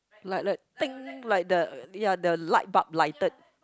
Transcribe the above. like like ting like the ya the lightbulb lighted